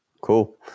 Cool